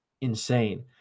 insane